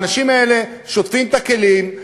האנשים האלה שוטפים את הכלים,